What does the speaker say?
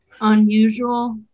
Unusual